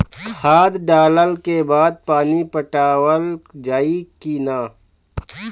खाद डलला के बाद पानी पाटावाल जाई कि न?